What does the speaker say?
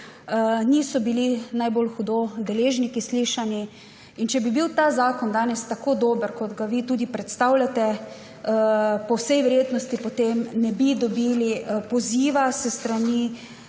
Niso bili najbolj hudo slišani deležniki in če bi bil ta zakon danes tako dober. kot ga vi predstavljate, po vsej verjetnosti ne bi dobili poziva s strani